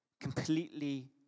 Completely